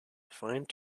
defined